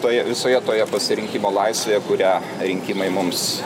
toje visoje toje pasirinkimo laisvėje kurią rinkimai mums